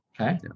okay